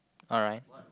alright